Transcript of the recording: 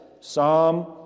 Psalm